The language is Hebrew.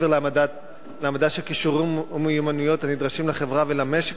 מעבר להעמדה של כישורים ומיומנויות הנדרשים לחברה ולמשק,